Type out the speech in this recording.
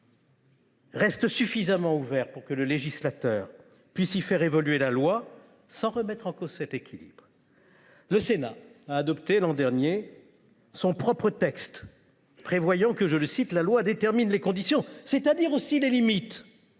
reste suffisamment ouvert pour que le législateur puisse y faire évoluer la loi sans remettre en cause cet équilibre. Le Sénat a adopté, l’an dernier, son propre texte, prévoyant que « la loi détermine les conditions »– c’est à dire aussi les limites